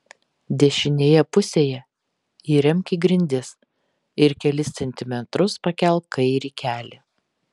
dešinėje pusėje įremk į grindis ir kelis centimetrus pakelk kairį kelį